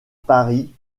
paris